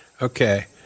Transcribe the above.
Okay